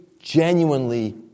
genuinely